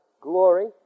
glory